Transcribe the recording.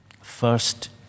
first